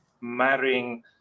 marrying